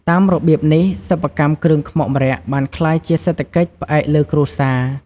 តាមរបៀបនេះ សិប្បកម្មគ្រឿងខ្មុកម្រ័ក្សណ៍បានក្លាយជាសេដ្ឋកិច្ចផ្អែកលើគ្រួសារ។